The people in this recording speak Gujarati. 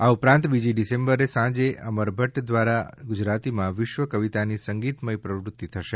આ ઉપરાંત બીજી ડિસેમ્બરે સાંજે અમરભદ દ્વારા ગુજરાતીમાં વિશ્વ કવિતાની સંગીતમય પ્રવૃતિ થશે